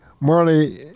Marley